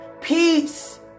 peace